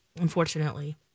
unfortunately